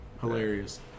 Hilarious